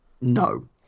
No